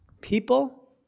People